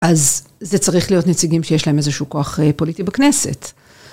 אז זה צריך להיות נציגים שיש להם איזשהו כוח פוליטי בכנסת.